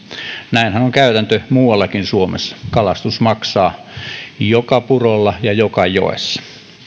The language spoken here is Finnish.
näinhän on käytäntö muuallakin suomessa kalastus maksaa joka purolla ja joka joessa